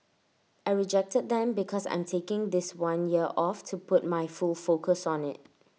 I rejected them because I'm taking this one year off to put my full focus on IT